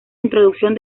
introducción